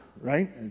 Right